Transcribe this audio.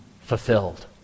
fulfilled